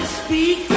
speak